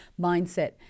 mindset